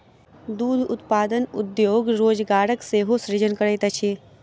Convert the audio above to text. दूध उत्पादन उद्योग रोजगारक सेहो सृजन करैत अछि